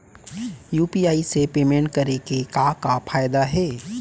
UPI से payment करे के का का फायदा हे?